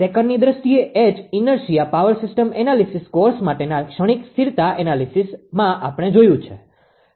સેકન્ડની દ્રષ્ટીએ H inertia power system analysis course માટેના ક્ષણિક સ્થિરતા એનાલિસીસમાં આપણે જોયું છે